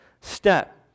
step